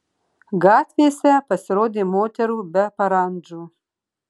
gatvėse pasirodė moterų be parandžų